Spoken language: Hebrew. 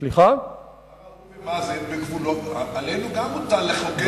מה ראוי, גם עלינו מוטל לחוקק בגבולות.